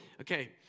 Okay